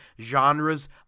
genres